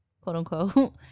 quote-unquote